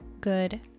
good